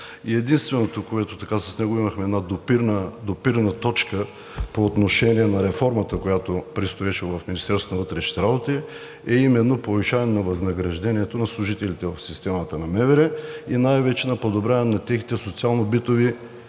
единственото, което с него имахме допирна точка по отношение на реформата, която предстоеше в Министерството на вътрешните работи, е именно повишаване на възнаграждението на служителите в системата на МВР и най-вече на подобряване на техните социално-битови